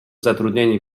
zatrudnieni